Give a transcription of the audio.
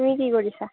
তুমি কি কৰিছা